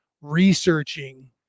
researching